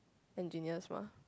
engineers mah